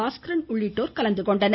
பாஸ்கரன் உள்ளிட்டோர் கலந்துகொண்டனர்